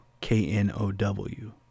k-n-o-w